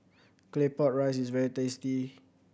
Claypot Rice is very tasty